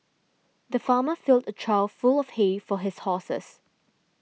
the farmer filled a trough full of hay for his horses